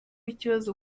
ikibazo